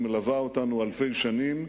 היא מלווה אותנו אלפי שנים,